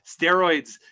steroids